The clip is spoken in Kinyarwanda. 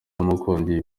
yamukundiye